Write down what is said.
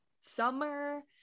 summer